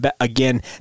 again